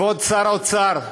כבוד שר האוצר,